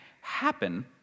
happen